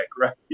right